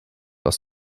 aus